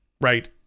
right